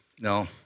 No